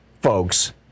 folks